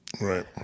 Right